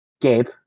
Gabe